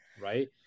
right